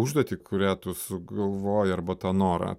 užduotį kurią tu sugalvojai arba tą norą